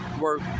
work